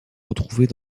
retrouvées